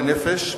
לנפש,